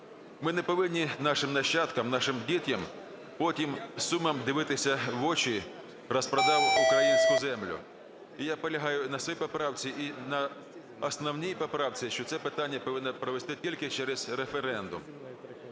Ми не повинні нашим нащадкам, нашим дітям потім з сумом дивитися в очі, розпродав українську землю. І я наполягаю на своїй поправці, і на основній поправці, що це питання повинні провести тільки через референдум.